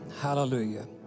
Hallelujah